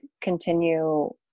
continue